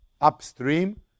upstream